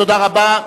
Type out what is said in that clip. תודה רבה.